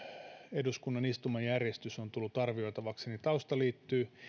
eduskunnan istumajärjestys on tullut arvioitavaksi niin tausta liittyy